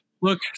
Look